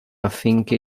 affinché